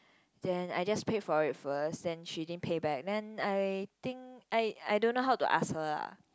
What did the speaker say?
then I just paid for it first then she didn't pay back then I think I I don't know how to ask her lah